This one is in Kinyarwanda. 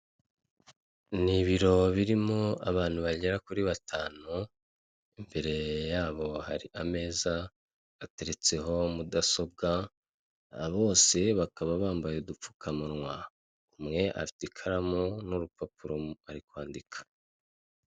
Ni ibiro birimo abantu bagera kuri batanu, imbere yabo hari ameza ateretseho mudasobwa, bose bakaba bambaye udupfukamunwa, umwe afite ikaramu n'urupapuro ari kwandika.